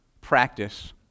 practice